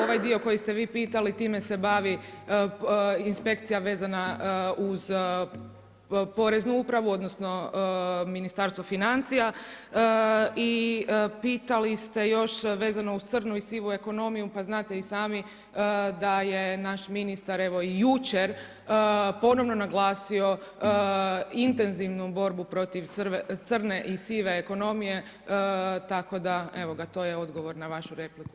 Ovaj dio koji ste vi pitali time se bavi inspekcija vezana uz poreznu upravu odnosno Ministarstvo financija i pitali ste još vezano uz crnu i sivu ekonomiju, pa znate i sami da je naš ministar evo jučer ponovno naglasio intenzivnu borbu protiv crne i sive ekonomije tako da evo ga, to je odgovor na vašu repliku.